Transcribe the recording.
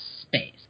space